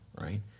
right